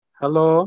hello